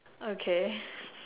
okay